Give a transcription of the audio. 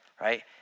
right